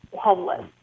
homeless